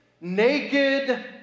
naked